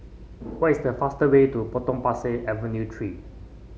what is the fastest way to Potong Pasir Avenue Three